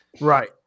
Right